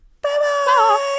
bye-bye